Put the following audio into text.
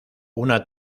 una